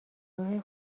راه